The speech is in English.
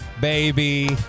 baby